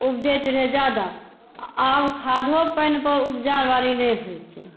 उपजैत रहै जादा आब खादो पानि पर उपजा बारी नहि होइ छै